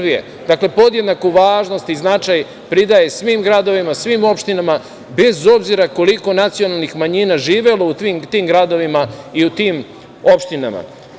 Dakle, podjednaku važnost i značaj pridaje svim gradovima, svim opštinama, bez obzira koliko nacionalnih manjina živelo u tim gradovima i u tim opštinama.